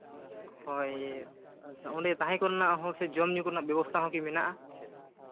ᱦᱳᱭ ᱚᱸᱰᱮ ᱛᱟᱦᱮᱸ ᱠᱚᱨᱮᱱᱟᱜ ᱦᱚᱸ ᱥᱮ ᱡᱚᱢᱼᱧᱩ ᱠᱚᱨᱮᱱᱟᱜ ᱵᱮᱵᱚᱥᱛᱷᱟ ᱦᱚᱸᱠᱤ ᱢᱮᱱᱟᱜᱼᱟ